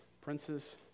princes